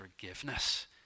forgiveness